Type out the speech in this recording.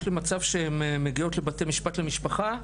למצב שהן מגיעות לבתי משפט למשפחה.